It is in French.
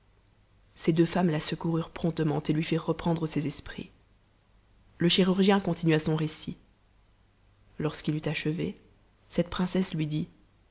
ses deux femmes la secoururent promptetnent et lui firent reprendre ses esprits le chirurgien con tinua son récit lorsqu'il eut achevé cette princesse lui dit